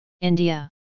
India